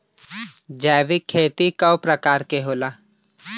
जैविक खेती कव प्रकार के होला?